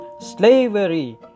Slavery